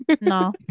No